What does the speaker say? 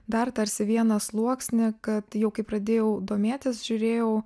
dar tarsi vieną sluoksnį kad jau kai pradėjau domėtis žiūrėjau